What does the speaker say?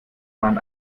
man